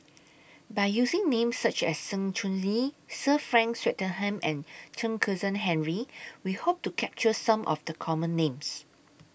By using Names such as Sng Choon Yee Sir Frank Swettenham and Chen Kezhan Henri We Hope to capture Some of The Common Names